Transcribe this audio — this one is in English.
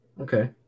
Okay